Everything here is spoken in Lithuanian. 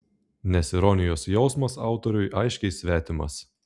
nes ironijos jausmas autoriui aiškiai svetimas